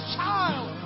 child